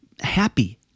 happy